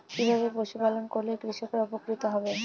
কিভাবে পশু পালন করলেই কৃষকরা উপকৃত হবে?